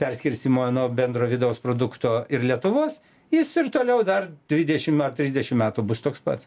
perskirstymo nuo bendro vidaus produkto ir lietuvos jis ir toliau dar dvidešim ar trisdešim metų bus toks pat